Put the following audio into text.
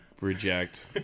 reject